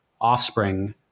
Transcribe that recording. offspring